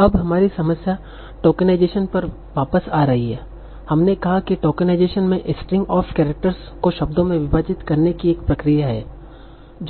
अब हमारी समस्या टोकनाइजेशन पर वापस आ रही है हमने कहा कि टोकनाइजेशन में स्ट्रिंग ऑफ कैरेक्टर्स को शब्दों में विभाजित करने की एक प्रक्रिया है